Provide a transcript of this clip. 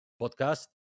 podcast